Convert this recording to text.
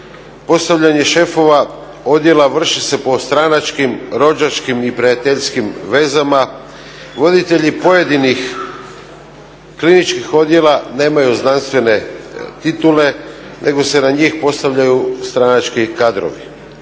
postavljanje šefova odjela vrši se po stranačkim, rođačkim i prijateljskim vezama, voditelji pojedinih kliničkih odjela nemaju znanstvene titule, nego se na njih postavljaju stranački kadrovi.